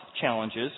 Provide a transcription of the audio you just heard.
challenges